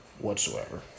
whatsoever